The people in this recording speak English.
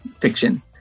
fiction